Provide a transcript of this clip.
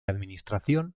administración